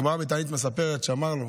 הגמרא בתענית מספרת שאמר לו: